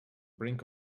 brink